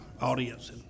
audience